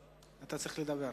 צריך לדבר.